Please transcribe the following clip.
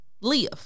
live